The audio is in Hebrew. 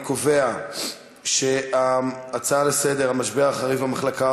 אני קובע שההצעה לסדר-היום בנשוא המשבר החריף במחלקה